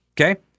okay